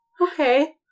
okay